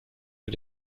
für